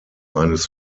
eines